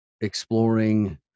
exploring